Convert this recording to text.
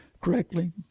correctly